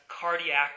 cardiac